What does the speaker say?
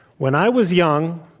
when i was young,